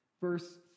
Verse